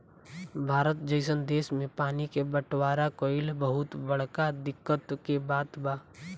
भारत जइसन देश मे पानी के बटवारा कइल बहुत बड़का दिक्कत के बात बा